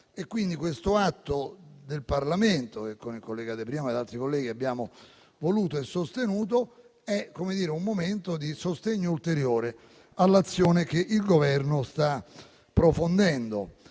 questo atto del Parlamento, che con il collega De Priamo e altri colleghi abbiamo voluto e sostenuto, è un momento di sostegno ulteriore all'azione che il Governo sta profondendo.